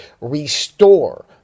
restore